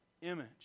image